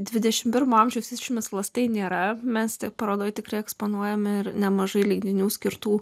dvidešimt pirmo amžiaus išmislas tai nėra mesti parodoje tikrai eksponuojami ir nemažai leidinių skirtų